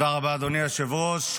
תודה רבה, אדוני היושב-ראש.